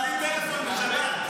בעזרת השם.